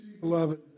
beloved